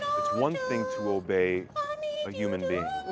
it's one thing to obey a human being.